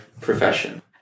profession